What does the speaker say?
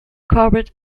corbett